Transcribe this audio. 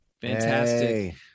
Fantastic